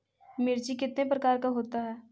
मिर्ची कितने प्रकार का होता है?